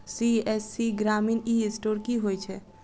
CSC ग्रामीण e store की होइ छै?